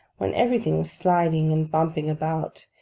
when everything was sliding and bumping about,